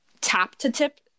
tap-to-tip